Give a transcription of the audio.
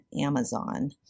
Amazon